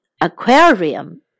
Aquarium